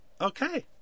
Okay